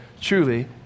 Truly